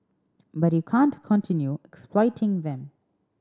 but you can't continue exploiting them